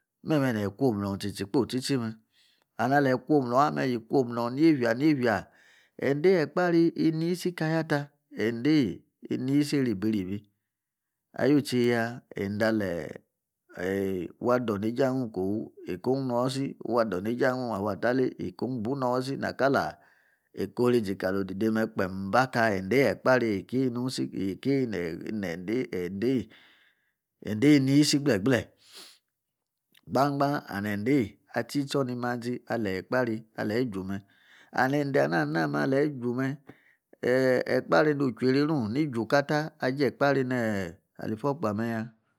Meme nikwu nom otsi tsime and aley ikwum num nyefia. nyefia Endei Ekpaari iniisi akyata. endei iniisi erebi erebi aw tseya ende aleyi wa dor nye jei a'angung kowo ekaon inoisii. wa dor nye jei a'angung afa ta lay. ekaon bu inoisii na kali eka oriȝi kali odide kee'm ba ka endei Ekpani ekai inedei endei inisi gble; gble and endei atsi tsor ni mansii Ekpaari alayyi juw me and endei ana ina alayi juw me eh. Ekpaari nu uchu eraruu ni juw kata nee Aliforkpa mmehya